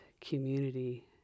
community